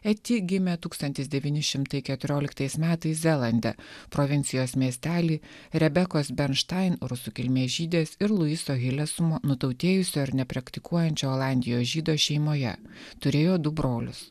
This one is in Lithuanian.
eti gimė tūkstantis devyni šimtai keturioliktais metais zelande provincijos miestely rebekos benštaim rusų kilmės žydės ir luiso hilesumo nutautėjusio ir nepraktikuojančio olandijos žydo šeimoje turėjo du brolius